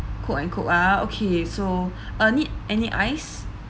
Coke and Coke ah okay so uh need any ice